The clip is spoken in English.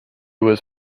was